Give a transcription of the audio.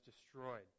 destroyed